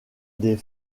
des